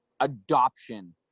adoption